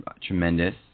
tremendous